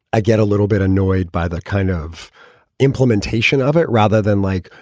i get a little bit annoyed by the kind of implementation of it rather than like,